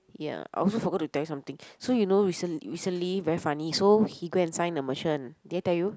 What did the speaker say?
ya I also forgot to tell you something so you know recent recently very funny so he go and sign a merchant did I tell you